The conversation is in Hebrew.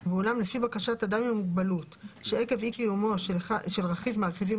ואולם לפי בקשת אדם עם מוגבלות שעקב אי קיומו של רכיב מהרכיבים